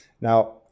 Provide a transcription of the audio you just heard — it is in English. Now